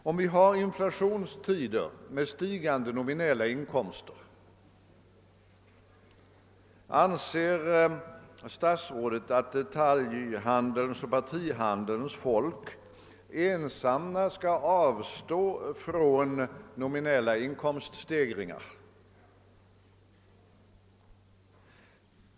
För det första: Anser statsrådet att detaljhandelns och partihandelns folk i inflationstider med stigande nominella inkomster ensamma skall avstå från nominella inkomststegringar?